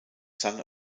son